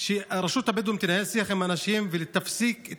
שרשות הבדואים תנהל שיח עם האנשים ותפסיק את